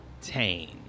Tane